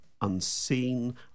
unseen